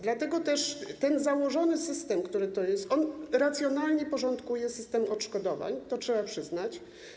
Dlatego też ten założony system, który tu jest, racjonalnie porządkuje system odszkodowań - to trzeba przyznać.